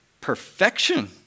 perfection